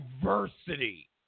diversity